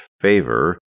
favor